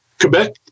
Quebec